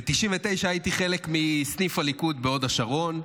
ב-1999 הייתי חלק מסניף הליכוד בהוד השרון.